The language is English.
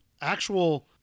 actual